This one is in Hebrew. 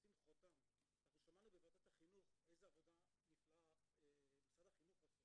ניהלתי אותם גם בוועדת העבודה והרווחה וגם בחוץ